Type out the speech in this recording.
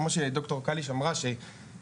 כמו שד"ר קליש אמרה נכון,